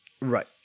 Right